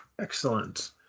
Excellent